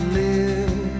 live